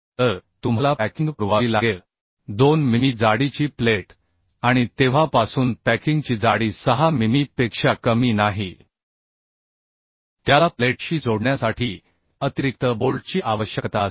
तर तुम्हाला पॅकिंग पुरवावी लागेल 2 मिमी जाडीची प्लेट आणि तेव्हापासून पॅकिंगची जाडी 6 मिमी पेक्षा कमी नाही त्याला प्लेटशी जोडण्यासाठी अतिरिक्त बोल्टची आवश्यकता असेल